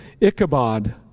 Ichabod